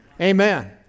Amen